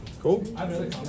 cool